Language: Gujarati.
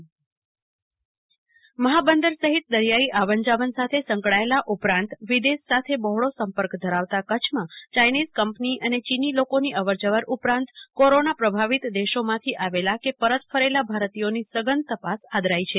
કલ્પના શાહ્ કચ્છ કોરોના મહાબંદર સહીત દરિયાઈ આવન જાવન સાથે સંકળાયેલા ઉપરાંત વિદેશ સાથે બહોળો સંપર્ક ધરાવતા કચ્છમાં ચાઇનીઝ કંપની અને ચીની લોકોની અવાર જવર ઉપરાંત કોરોના પ્રભાવિત દેશોમાંથી આવેલા કે પરત ફરેલા ભારતીયોની સઘન તપાસ આદરાઈ છે